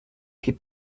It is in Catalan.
qui